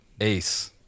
Ace